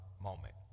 moment